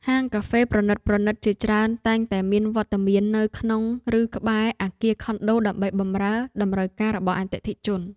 ហាងកាហ្វេប្រណីតៗជាច្រើនតែងតែមានវត្តមាននៅក្នុងឬក្បែរអគារខុនដូដើម្បីបម្រើតម្រូវការរបស់អតិថិជន។